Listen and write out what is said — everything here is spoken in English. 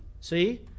See